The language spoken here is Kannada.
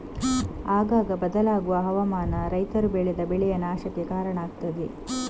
ಆಗಾಗ ಬದಲಾಗುವ ಹವಾಮಾನ ರೈತರು ಬೆಳೆದ ಬೆಳೆಯ ನಾಶಕ್ಕೆ ಕಾರಣ ಆಗ್ತದೆ